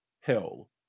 hell